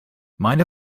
mind